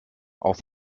auf